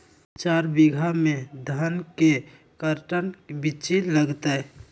चार बीघा में धन के कर्टन बिच्ची लगतै?